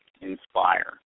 inspire